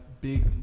big